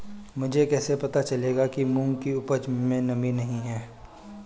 मुझे कैसे पता चलेगा कि मूंग की उपज में नमी नहीं है?